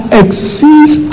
exceeds